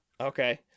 Okay